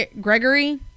Gregory